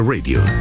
Radio